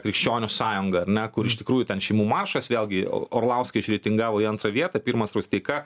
krikščionių sąjunga ar ne kur iš tikrųjų ten šeimų maršas vėlgi o orlauską išreitingavo į antrą vietą pirmas rusteika